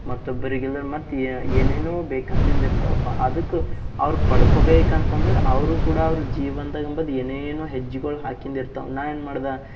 ಮತ್ತೆ ಒಬ್ರಿಗೆ ಇಲ್ದಿರೆ ಮತ್ತೆ ಏನೇನೋ ಬೇಕಂತಿಂದಿರ್ತವಪ ಅದಕ್ಕ ಅವ್ರು ಪಡ್ಕೋಬೇಕಂತಂದ್ರೆ ಅವರು ಕೂಡ ಅವರ ಜೀವನದಾಗ ಎಂಬುದ ಏನೇನೋ ಹೆಜ್ಜೆಗಳು ಹಾಕ್ಯಂಡ ಇರ್ತವೆ ನಾನು ಏನು ಮಾಡ್ದೆ